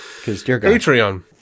Patreon